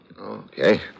Okay